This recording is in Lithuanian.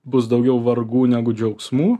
bus daugiau vargų negu džiaugsmų